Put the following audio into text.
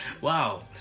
wow